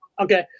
Okay